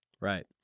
Right